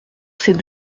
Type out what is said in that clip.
ces